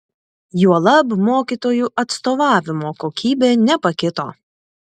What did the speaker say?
juolab mokytojų atstovavimo kokybė nepakito